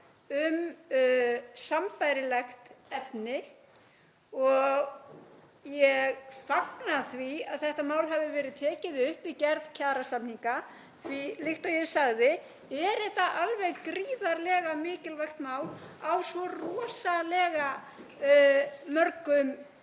um sambærilegt efni og ég fagna því að þetta mál hafi verið tekið upp í gerð kjarasamninga því að líkt og ég sagði er þetta alveg gríðarlega mikilvægt mál á svo rosalega mörgum